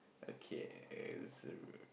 okay err